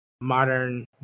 modern